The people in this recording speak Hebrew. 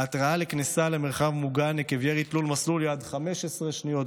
ההתראה לכניסה למרחב מוגן עקב ירי תלול-מסלול היא עד 15 שניות,